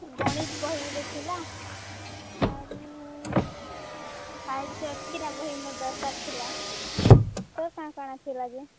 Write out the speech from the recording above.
ଗଣିତ ବହି ଗୁଟେ ଥିଲା ଆରୁ ସାହିତ୍ୟ ଏତିକି ଟା ବହି ମୋର ଦରକାର ଥିଲା ତୋର କାଣା କାଣା ଥିଲା ଯେ